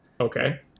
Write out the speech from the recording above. okay